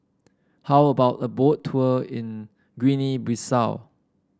how about a Boat Tour in Guinea Bissau